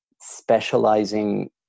specializing